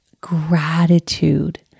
gratitude